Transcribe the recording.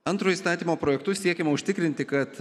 antru įstatymo projektu siekiama užtikrinti kad